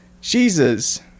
jesus